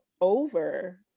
over